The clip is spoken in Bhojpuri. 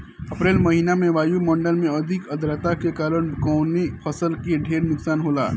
अप्रैल महिना में वायु मंडल में अधिक आद्रता के कारण कवने फसल क ढेर नुकसान होला?